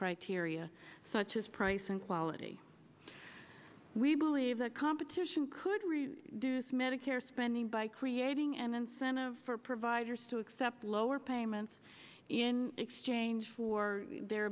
criteria such as price and quality we believe that competition could really do smith a care spending by creating an incentive for providers to accept lower payments in exchange for their